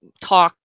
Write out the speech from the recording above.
talk